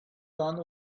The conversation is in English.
gone